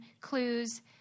clues